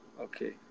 Okay